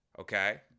okay